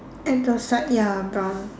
at the side ya brown